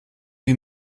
wie